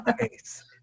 Nice